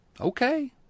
okay